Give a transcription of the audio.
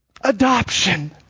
adoption